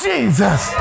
Jesus